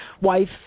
wife